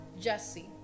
Jesse